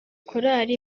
korali